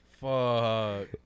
Fuck